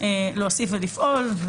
להוסיף ולפעול.